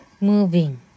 Moving